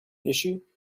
issue